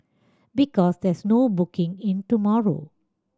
because there's no booking in tomorrow